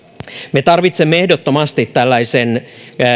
me tarvitsemme ehdottomasti tällaisen